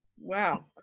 Wow